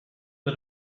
but